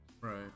Right